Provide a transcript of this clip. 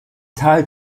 tal